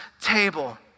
table